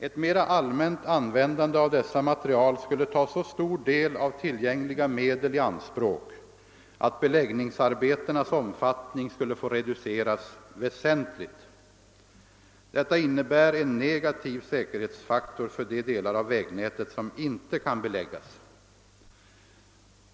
Ett mera allmänt användande av dessa material skulle ta så stor del av tillgängliga medel i anspråk att beläggningsarbetenas omfattning skulle få reduceras väsentligt. Detta innebär en negativ säkerhetsfaktor för de delar av vägnätet som inte kan beläggas.